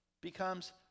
becomes